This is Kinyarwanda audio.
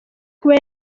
kuba